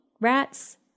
rats